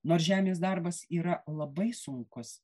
nors žemės darbas yra labai sunkus